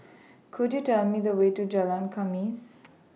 Could YOU Tell Me The Way to Jalan Khamis